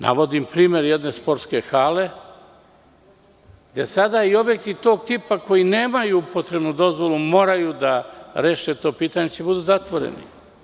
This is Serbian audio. Navodim primer jedne sportske hale, gde sada i objekti tog tipa koji nemaju upotrebnu dozvolu moraju da reše to pitanje jer će biti zatvoreni.